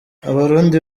abarundi